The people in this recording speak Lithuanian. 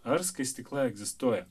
ar skaistykla egzistuoja